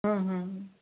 हम्म हम्म हम्म